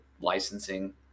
licensing